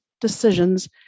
decisions